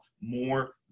more